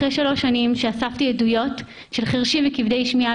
אחרי שלוש שנים שאספתי עדויות של חירשים וכבדי שמיעה